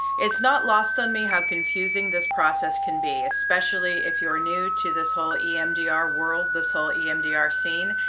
it's not lost on me how confusing this process can be. especially if you're new to this whole emdr world, this whole emdr scene,